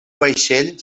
vaixell